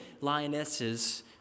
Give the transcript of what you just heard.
lionesses